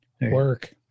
Work